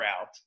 out